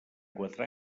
quatre